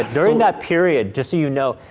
during that period, just so you know,